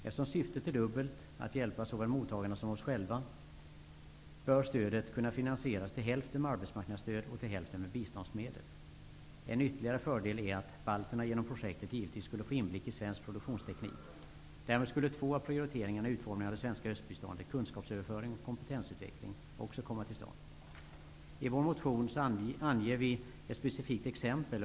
Eftersom syftet är dubbelt -- att hjälpa såväl mottagarna som oss själva -- bör stödet kunna finansieras till hälften med arbetsmarknadsstöd och till hälften med biståndsmedel. En ytterligare fördel är att balterna genom projektet givetvis skulle få inblick i svensk produktionsteknik. Därmed skulle två av prioriteringarna i utformningen av det svenska östbiståndet, kunskapsöverföring och kompetensutveckling, också komma till stånd. I vår motion anger vi ett specifikt exempel.